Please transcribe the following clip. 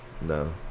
No